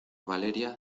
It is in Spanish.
valeria